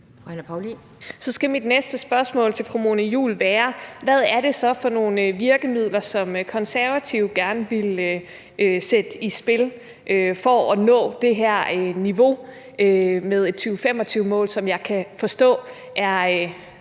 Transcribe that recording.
Så skal mit næste spørgsmål til fru Mona Juul være, hvad det så er for nogle virkemidler, som Konservative gerne ville sætte i spil for at nå det her niveau for et 2025-mål, som jeg kan forstå